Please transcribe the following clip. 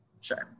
sure